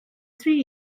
three